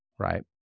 Right